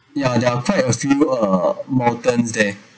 ya there are quite a few ah mountains there